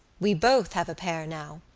we both have a pair now.